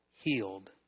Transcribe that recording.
healed